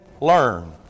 learn